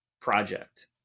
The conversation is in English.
project